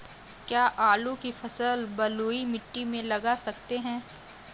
क्या आलू की फसल बलुई मिट्टी में लगा सकते हैं?